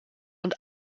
und